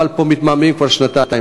ומתמהמהים כבר שנתיים.